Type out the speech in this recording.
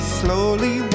slowly